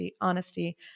honesty